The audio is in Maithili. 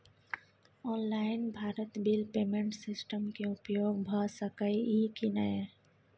Online Bharat bill payment system के उपयोग भ सके इ की नय?